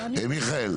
מיכאל,